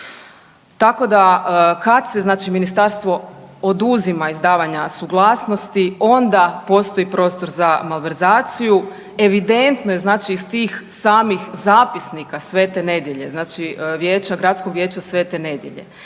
Tako da kad se ministarstvo oduzima izdavanja suglasnosti onda postoji prostor za malverzaciju. Evidentno je iz tih samih zapisnika Sv. Nedelje,